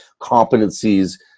competencies